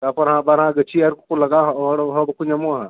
ᱛᱟᱯᱚᱨ ᱦᱟᱜ ᱟᱵᱟᱨ ᱱᱟᱦᱟᱜ ᱜᱟᱹᱪᱷᱤ ᱟᱨ ᱠᱚᱠᱚ ᱞᱟᱜᱟᱣᱟ ᱦᱚᱲ ᱦᱚᱸ ᱵᱟᱠᱚ ᱧᱟᱢᱚᱜᱼᱟ